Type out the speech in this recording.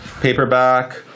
paperback